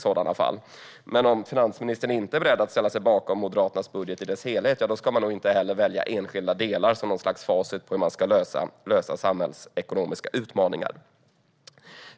Är hon inte beredd att göra det ska hon nog inte heller välja enskilda delar som något slags facit för hur man ska lösa samhällsekonomiska utmaningar.